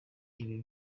ibi